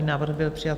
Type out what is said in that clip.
Návrh byl přijat.